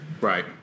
Right